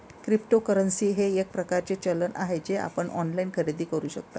cryptocurrency हे एक प्रकारचे चलन आहे जे आपण ऑनलाइन खरेदी करू शकता